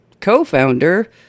co-founder